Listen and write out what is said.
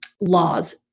laws